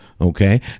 Okay